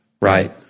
right